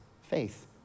faith